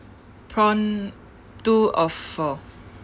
prompt two of four